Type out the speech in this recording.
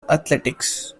athletics